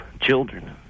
children